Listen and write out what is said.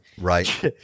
Right